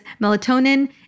melatonin